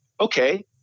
okay